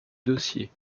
dossier